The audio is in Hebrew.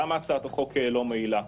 למה הצעת החוק לא מועילה?